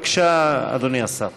בבקשה, אדוני השר.